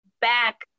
back